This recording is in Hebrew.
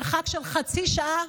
מרחק של חצי שעה,